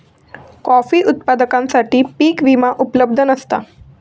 coffee उत्पादकांसाठी पीक विमा उपलब्ध नसता